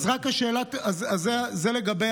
זה לגבי